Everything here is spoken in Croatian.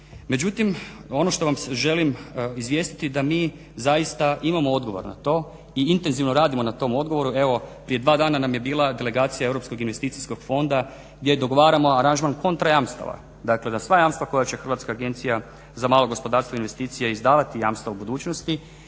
Međutim, ono što vam želim izvijestiti da mi zaista imamo odgovor na to i intenzivno radimo na tom odgovoru. Evo prije dva dana nam je bila delegacija Europskog investicijskog fonda gdje dogovaramo aranžman kontra jamstava. Dakle, da sva jamstva koja će Hrvatska agencija za malo gospodarstvo i investicije izdavati jamstva u budućnosti